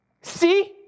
see